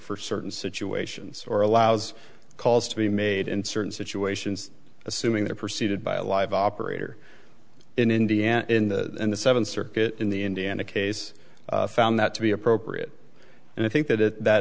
for certain situations or allows calls to be made in certain situations assuming there proceeded by a live operator in indiana in the in the seventh circuit in the indiana case found that to be appropriate and i think that it that